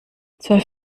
zwölf